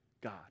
God